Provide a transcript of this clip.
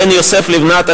בן יוסף לבנת,